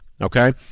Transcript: Okay